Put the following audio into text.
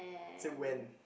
say when